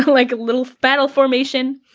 like a little battle formation.